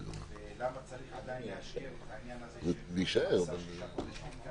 למה צריך עדיין להשאיר את העניין הזה של מאסר שישה חודשים,